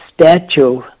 statue